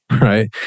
right